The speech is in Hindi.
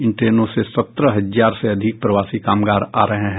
इन ट्रेनों से सत्रह हजार से अधिक प्रवासी कामगार आ रहे हैं